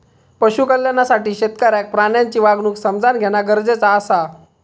पशु कल्याणासाठी शेतकऱ्याक प्राण्यांची वागणूक समझान घेणा गरजेचा आसा